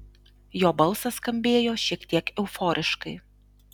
jo balsas skambėjo šiek tiek euforiškai